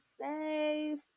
safe